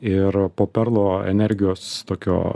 ir po perlo energijos tokio